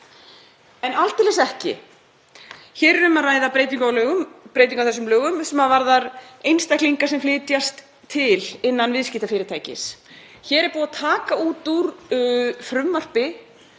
En aldeilis ekki. Hér er um að ræða breytingu á þessum lögum sem varðar einstaklinga sem flytjast til innan viðskiptafyrirtækis. Hér er búið að taka út úr frumvarpi